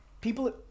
People